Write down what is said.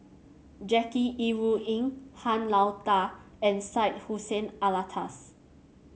Jackie Yi Ru Ying Han Lao Da and Syed Hussein Alatas